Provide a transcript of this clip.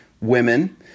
women